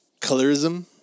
colorism